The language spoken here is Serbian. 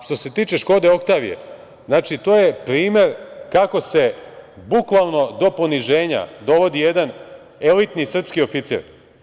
Što se tiče Škode oktavije, to je primer kako se bukvalno do poniženja dovodi jedan elitni srpski oficir.